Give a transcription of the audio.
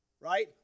right